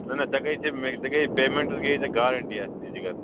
نہَ نہَ ژےٚ گٔے ژےٚ مےٚ نِش بیٚیہِ گٔے پیمَنٹس گٔے ژےٚ گارَنٹی اَسہِ نِش جِگر